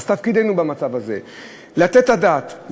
אז תפקידנו במצב הזה הוא לתת את הדעת,